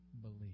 believe